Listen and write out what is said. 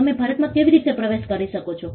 તમે ભારતમાં કેવી રીતે પ્રવેશ કરો છો